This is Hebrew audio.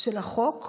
של החוק,